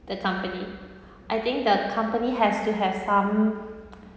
the company I think the company has to have some